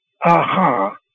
aha